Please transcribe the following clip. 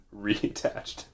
reattached